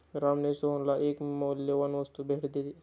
रामने सोहनला एक मौल्यवान वस्तू भेट दिली